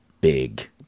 big